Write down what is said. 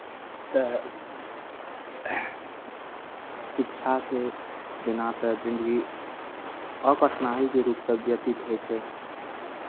तऽ शिक्षाके बिना तऽ जिन्दगी आओर कठिनाइके रूपसँ व्यतीत होइ छै